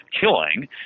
killing